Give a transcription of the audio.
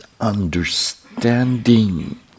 understanding